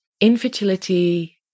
infertility